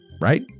right